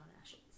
ashes